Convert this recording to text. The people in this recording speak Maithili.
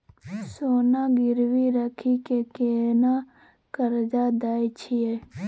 सोना गिरवी रखि के केना कर्जा दै छियै?